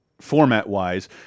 format-wise